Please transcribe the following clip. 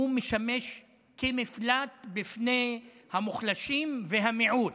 משמש כמפלט בפני המוחלשים והמיעוט